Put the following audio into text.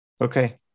Okay